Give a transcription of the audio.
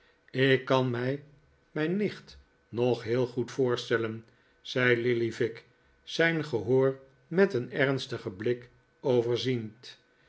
ik kan mij mijn nicht nog heel goed voorstellen zei lillyvick zijn gehoor met een ernstigen blik overziend